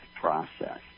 process